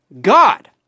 God